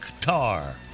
Tar